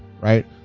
Right